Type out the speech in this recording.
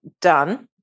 done